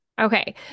Okay